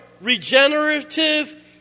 regenerative